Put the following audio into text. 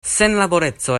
senlaboreco